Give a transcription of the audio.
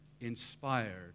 inspired